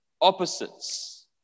opposites